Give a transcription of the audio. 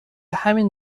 همین